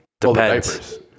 Depends